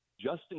Justin